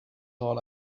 all